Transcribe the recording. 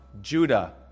Judah